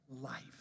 life